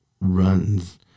runs